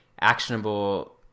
actionable